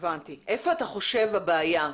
איפה אתה חושב הבעיה?